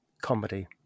comedy